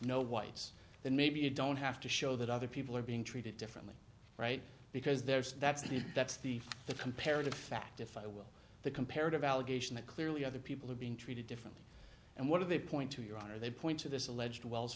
no whites then maybe you don't have to show that other people are being treated differently right because there's that's the that's the the comparative fact if i will the comparative allegation that clearly other people are being treated differently and what do they point to your honor they point to this alleged wells